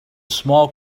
small